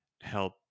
help